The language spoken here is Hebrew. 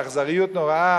באכזריות נוראה,